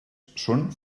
són